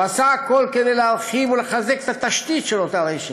הוא עשה הכול כדי להרחיב ולחזק את התשתית של אותה רשת,